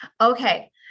Okay